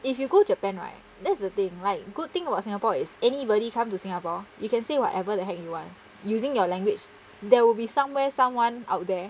if you go japan right that's the thing like good thing about singapore is anybody come to singapore you can say whatever the heck you want using your language there will be somewhere someone out there